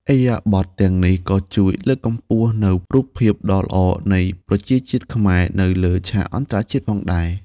ឥរិយាបថទាំងនេះក៏ជួយលើកកម្ពស់នូវរូបភាពដ៏ល្អនៃប្រជាជាតិខ្មែរនៅលើឆាកអន្តរជាតិផងដែរ។